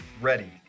ready